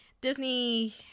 Disney